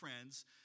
friends